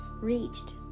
reached